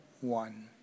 one